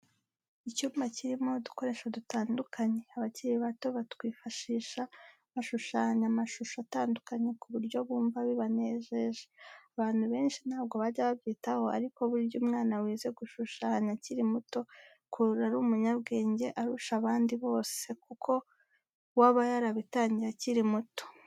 Icyumba kirimo udukoresho dutandukanye abakiri bato bakwifashisha bashushanya amashusho atandukanye ku buryo bumva bibanejeje. Abantu benshi ntabwo bajya babyitaho ariko burya umwana wize gushushanya akiri muto akura ari umunyabwenge arusha abandi bose kuko we aba yarabitangiye akiri muto.